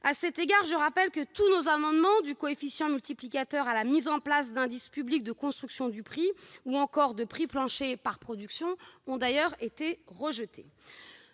À cet égard, je rappelle que tous nos amendements, du coefficient multiplicateur à la mise en place d'indices publics de construction du prix ou encore de prix plancher par production, ont été rejetés.